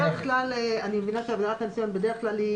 אני מבינה שעבירת הניסיון בדרך כלל,